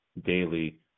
daily